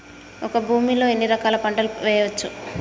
ఒక భూమి లో ఎన్ని రకాల పంటలు వేయచ్చు?